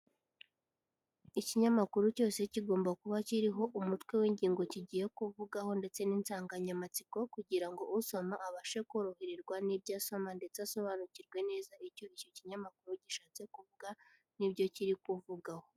Ikinyamakuru cyose kigomba kuba kiriho umutwe w'ingingo kigiye kuvugaho, ndetse n'insanganyamatsiko kugirango usoma abashe koroherwa n'ibyo asoma, ndetse asobanukirwe neza icyo kinyamakuru gishatse kuvuga n'ibyo kiri kuvugaho.